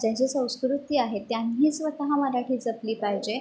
ज्यांची संस्कृती आहे त्यांनी स्वतः मराठी जपली पाहिजे